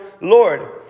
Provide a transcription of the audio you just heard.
Lord